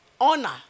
honor